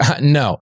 no